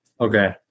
Okay